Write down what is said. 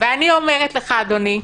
ואני אומר לך: אדוני,